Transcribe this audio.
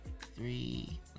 three